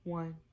one